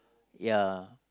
ya